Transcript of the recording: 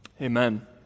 amen